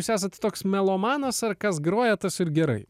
jūs esat toks melomanas ar kas groja tas ir gerai